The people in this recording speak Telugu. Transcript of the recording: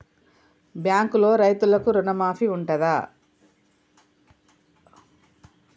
బ్యాంకులో రైతులకు రుణమాఫీ ఉంటదా?